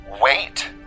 Wait